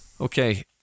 Okay